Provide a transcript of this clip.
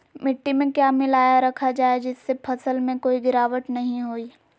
मिट्टी में क्या मिलाया रखा जाए जिससे फसल में कोई गिरावट नहीं होई?